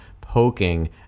poking